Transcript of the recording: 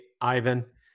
Ivan